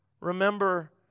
Remember